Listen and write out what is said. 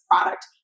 product